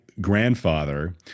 grandfather